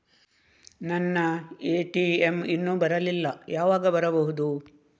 ನನ್ನ ಎ.ಟಿ.ಎಂ ಇನ್ನು ಬರಲಿಲ್ಲ, ಯಾವಾಗ ಬರಬಹುದು?